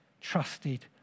trusted